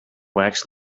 wax